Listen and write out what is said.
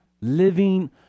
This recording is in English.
living